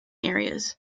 areas